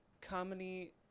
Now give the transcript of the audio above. comedy